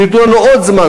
תנו לנו עוד זמן,